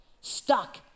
stuck